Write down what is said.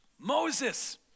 Moses